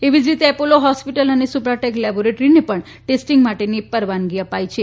એ જ રીતે Apollo hospital અને સુપ્રાટેક લેબોરેટરીને પણ ટેસ્ટિંગ માટેની પરવાનગી અપાઈ છે